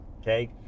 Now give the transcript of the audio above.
okay